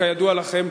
כידוע לכם,